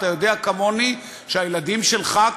אתה יודע כמוני שהילדים שלך,